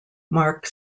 mark